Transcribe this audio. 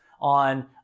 on